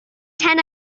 ten